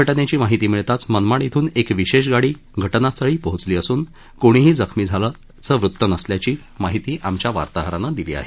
घटनेची माहिती मिळताच मनमाड इथून एक विशेष गाडी घटनास्थळी पोहचली असून कोणीही जखमी झाल्याचं वृत नसल्याची माहिती आमच्या वार्ताहरानं दिली आहे